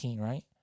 right